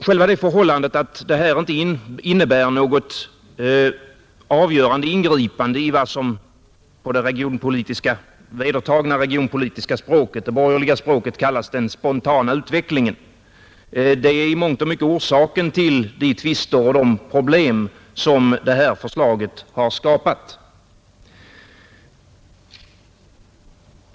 Själva det förhållandet, att dessa åtgärder inte innebär något avgörande ingripande i vad som på det vedertagna regionalpolitiska språket kallas den spontana utvecklingen, är i mångt och mycket orsaken till de tvister och problem som detta förslag har skapat.